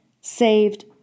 saved